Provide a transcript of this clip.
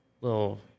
little